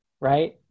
right